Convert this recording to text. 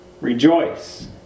rejoice